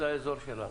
זה האזור שלנו.